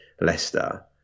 Leicester